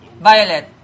violet